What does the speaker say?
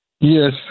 Yes